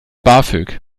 bafög